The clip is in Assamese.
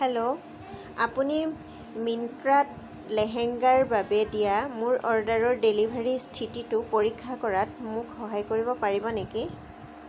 হেল্লো আপুনি মিন্ত্ৰাত লেহেঙ্গাৰ বাবে দিয়া মোৰ অৰ্ডাৰৰ ডেলিভাৰী স্থিতিটো পৰীক্ষা কৰাত মোক সহায় কৰিব পাৰিব নেকি